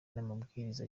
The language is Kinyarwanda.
n’amabwiriza